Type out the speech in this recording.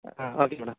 ah okay madam